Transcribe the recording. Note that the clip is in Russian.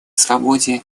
свободе